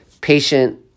patient